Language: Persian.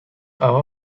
آقا